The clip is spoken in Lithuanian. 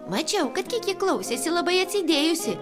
mačiau kad kiki klausėsi labai atsidėjusi